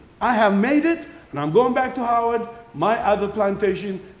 i have made it and i'm going back to howard, my other plantation,